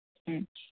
ꯎꯝ